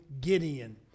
Gideon